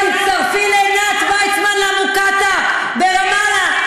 תצטרפי לעינת ויצמן למוקטעה ברמאללה,